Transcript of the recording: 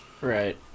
Right